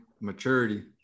maturity